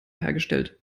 hergestellt